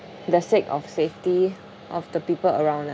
the sake of safety of the people around us